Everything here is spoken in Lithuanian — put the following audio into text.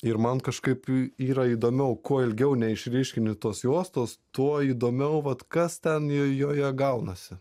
ir man i kažkaip yra įdomiau kuo ilgiau neišryškini tos juostos tuo įdomiau vat kas ten joje gaunasi